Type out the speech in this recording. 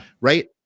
right